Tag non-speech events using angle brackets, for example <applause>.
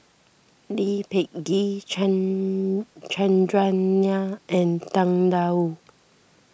Lee Peh Gee <unintelligible> Chandran Nair and Tang Da Wu